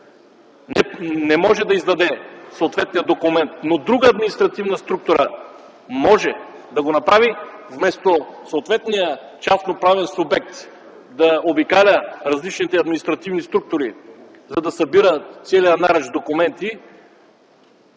не може да издаде съответния документ, но друга административна структура може да го направи, вместо съответният частно-правен субект да обикаля различните административни структури, за да събира целия наръч документи,